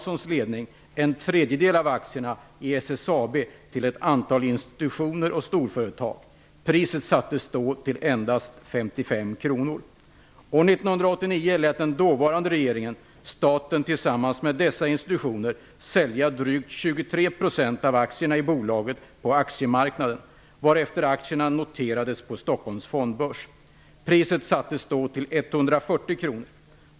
SSAB till ett antal institutioner och storföretag. År 1989 lät den dåvarande regeringen staten tillsammans med dessa institutioner sälja drygt 23 % av aktierna i bolaget på aktiemarknaden, varefter aktierna noterades på Stockholms fondbörs. Priset sattes då till 140 kr.